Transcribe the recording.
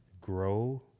Grow